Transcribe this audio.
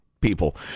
people